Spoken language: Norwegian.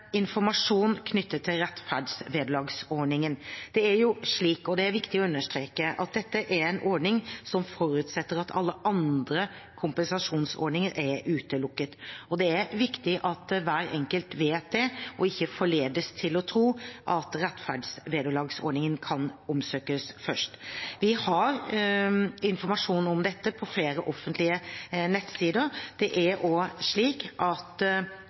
informasjon knyttet til rettferdsvederlagsordningen. Det er jo slik – og det er viktig å understreke – at dette er en ordning som forutsetter at alle andre kompensasjonsordninger er utelukket. Det er viktig at hver enkelt vet det og ikke forledes til å tro at rettferdsvederlagsordningen kan omsøkes først. Vi har informasjon om ordningen på flere offentlige nettsider. Det er også slik at